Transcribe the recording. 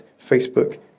Facebook